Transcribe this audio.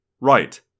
right